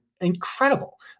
incredible